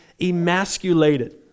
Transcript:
emasculated